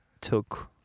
took